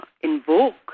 invoke